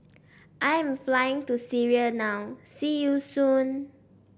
I am flying to Syria now see you soon